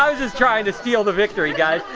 um just trying to steal the victory, guys.